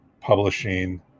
publishing